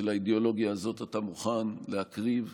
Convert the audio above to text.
ובשביל האידיאולוגיה הזאת אתה מוכן להקריב,